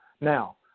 Now